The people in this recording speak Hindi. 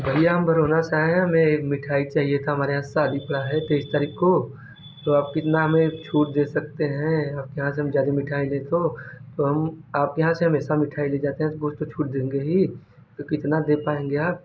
भैया हम बरोड़ा से आए हैं हमें एक मिठाई चाहिए था हमारे यहाँ शादी पड़ा है तीस तारीख़ को तो आप कितना हमें छूट दे सकते हैं आप के यहाँ से हम ज़्यादा मिठाई ले तो हम आपके यहाँ से हमेशा मिठाई ले जाते हैं कुछ तो छूट देंगे ही कितना दे पाएंगे आप